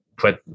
put